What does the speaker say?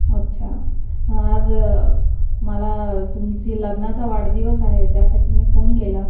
अच्छा आज मला तुमची लग्नाचा वाढदिवस आहे त्यासाठी मी फोन केला